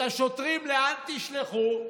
את השוטרים, לאן תשלחו?